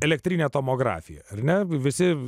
elektrinė tomografija ar ne visi